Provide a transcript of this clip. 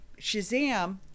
Shazam